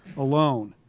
alone.